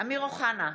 אמיר אוחנה,